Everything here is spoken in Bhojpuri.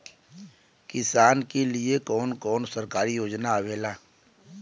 किसान के लिए कवन कवन सरकारी योजना आवेला?